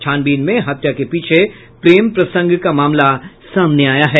छानबीन में हत्या के पीछे प्रेम प्रसंग का मामला सामने आया है